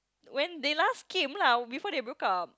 when they last came lah before they broke up